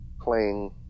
playing